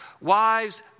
Wives